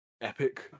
epic